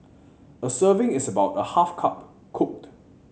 a serving is about a half cup cooked